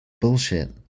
Bullshit